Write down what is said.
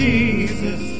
Jesus